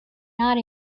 not